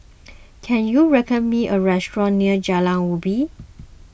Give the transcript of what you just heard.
can you recommend me a restaurant near Jalan Ubin